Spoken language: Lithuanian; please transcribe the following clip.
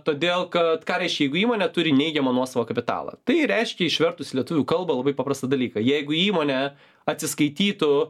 todėl kad ką reiškia jeigu įmonė turi neigiamo nuosavo kapitalo tai reiškia išvertus į lietuvių kalbą labai paprastą dalyką jeigu įmonė atsiskaitytų